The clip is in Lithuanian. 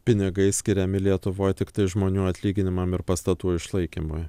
pinigai skiriami lietuvoj tiktai žmonių atlyginimam ir pastatų išlaikymui